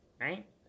right